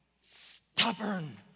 stubborn